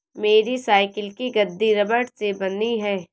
मेरी साइकिल की गद्दी रबड़ से बनी है